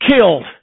killed